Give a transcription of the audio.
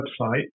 website